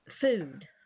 food